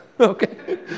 Okay